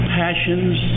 passions